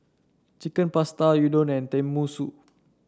Chicken Pasta Udon and Tenmusu